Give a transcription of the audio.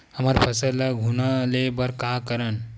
हमर फसल ल घुना ले बर का करन?